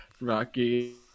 Rocky